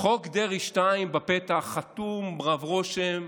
חוק דרעי 2 בפתח, חתום, רב-רושם,